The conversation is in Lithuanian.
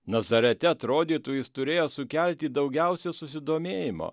nazarete atrodytų jis turėjo sukelti daugiausia susidomėjimo